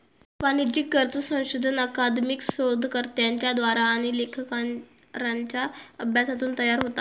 वाणिज्यिक कर्ज संशोधन अकादमिक शोधकर्त्यांच्या द्वारा आणि लेखाकारांच्या अभ्यासातून तयार होता